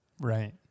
Right